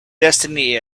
destiny